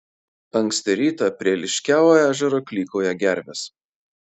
anksti rytą prie liškiavio ežero klykauja gervės